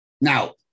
Now